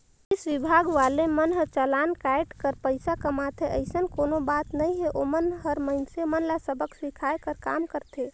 police विभाग वाले मन हर चलान कायट कर पइसा कमाथे अइसन कोनो बात नइ हे ओमन हर मइनसे मन ल सबक सीखये कर काम करथे